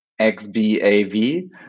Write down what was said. XBAV